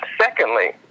Secondly